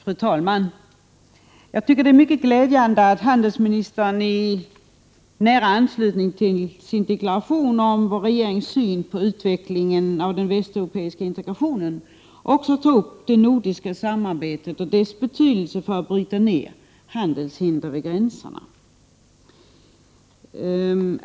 Fru talman! Jag tycker att det är mycket glädjande att handelsministern i nära anslutning till sin deklaration om regeringens syn på utvecklingen av den västeuropeiska integrationen också tar upp det nordiska samarbetet och dess betydelse för att bryta ner handelshinder och gränser.